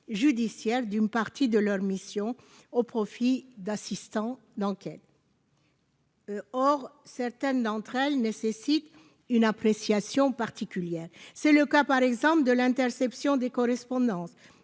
judiciaire d'une partie de leurs missions au profit d'assistant d'enquête. Or, certaines d'entre elle nécessite une appréciation particulière, c'est le cas par exemple de l'interception des correspondances